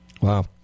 Wow